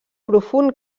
profund